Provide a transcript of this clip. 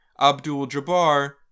Abdul-Jabbar